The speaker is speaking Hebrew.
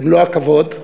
במלוא הכבוד,